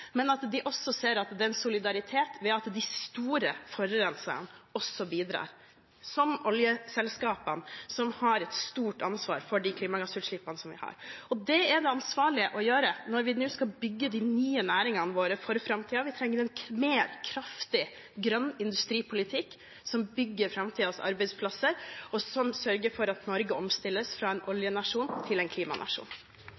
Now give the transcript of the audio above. men at man også ser at det er en solidaritet ved at de store forurenserne også bidrar – som oljeselskapene, som har et stort ansvar for de klimagassutslippene vi har. Det er det ansvarlige å gjøre når vi nå skal bygge de nye næringene våre for framtiden. Vi trenger en kraftigere grønn industripolitikk som bygger framtidens arbeidsplasser, og sånn sørge for at Norge omstilles fra en